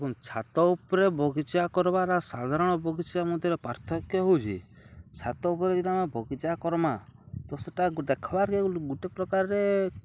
ଏବଂ ଛାତ ଉପରେ ବଗିଚା କରିବାର ସାଧାରଣ ବଗିଚା ମଧ୍ୟରେ ପାର୍ଥକ୍ୟ ହେଉଛି ଛାତ ଉପରେ ଯଦି ଆମେ ବଗିଚା କର୍ମା ତ ସେଟା ଦେଖିବାରକେ ଗୋଟେ ପ୍ରକାରରେ